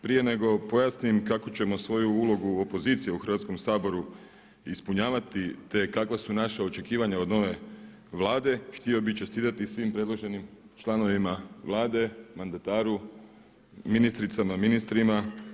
Prije nego pojasnim kako ćemo svoju ulogu opozicije u Hrvatskom saboru ispunjavati te kakva su naša očekivanja od nove Vlade htio bih čestitati svim predloženim članovima Vlade, mandataru, ministricama, ministrima.